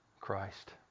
Christ